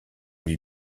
lui